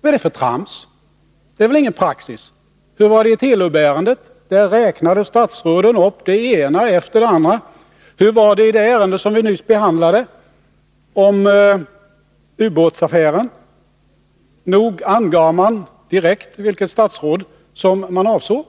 Vad är det för trams? Det är väl ingen praxis! Hur var det i Telubärendet? Där räknades statsråden upp, det ena efter det andra. Hur var det i det ärende som vi nyss behandlade och som gällde ubåtsaffären? Nog angav man direkt vilket statsråd man avsåg.